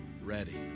ready